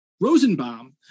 Rosenbaum